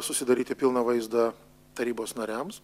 susidaryti pilną vaizdą tarybos nariams